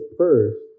first